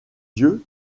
yeux